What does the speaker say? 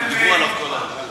דיברו עליו כל היום.